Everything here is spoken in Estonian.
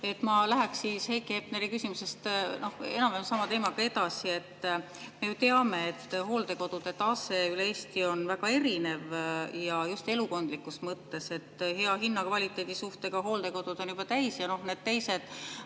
Ma läheks Heiki Hepneri küsimusest enam-vähem sama teemaga edasi. Me ju teame, et hooldekodude tase üle Eesti on väga erinev, just elukondlikus mõttes. Hea hinna ja kvaliteedi suhtega hooldekodud on juba täis. Ja need teised